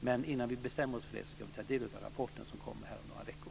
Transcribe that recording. Men innan vi bestämmer oss för det ska vi ta del av rapporten som kommer om några veckor.